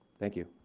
thank you.